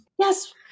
Yes